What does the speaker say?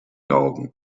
augen